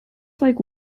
like